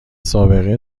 سابقه